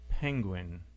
penguin